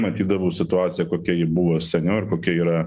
matydavau situaciją kokia ji buvo seniau ar kokia yra